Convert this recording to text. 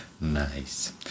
Nice